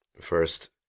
first